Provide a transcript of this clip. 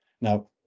Now